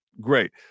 Great